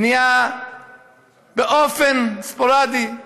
בנייה באופן ספורדי.